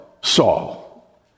Saul